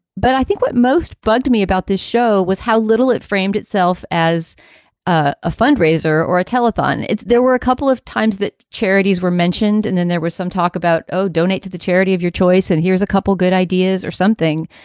but i think what most bugged me about this show was how little it framed itself as a fund raiser or a telethon. it's there were a couple of times that charities were mentioned and then there was some talk about, oh, donate to the charity of your choice. and here's a couple good ideas or something.